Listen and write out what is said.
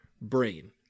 brain